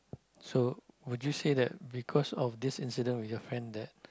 so would you say that because of this incident with your friend that